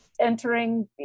entering